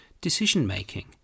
decision-making